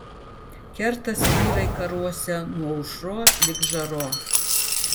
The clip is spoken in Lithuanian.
kertas vyrai karuose nuo aušros lig žaros